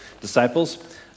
disciples